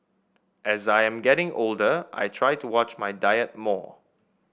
as I am getting older I try to watch my diet more